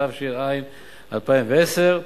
התש"ע 2010,